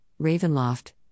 Ravenloft